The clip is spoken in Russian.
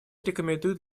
рекомендует